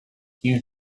you